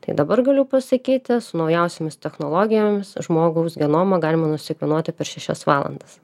tai dabar galiu pasakyti su naujausiomis technologijomis žmogaus genomą galima nusekvenuoti per šešias valandas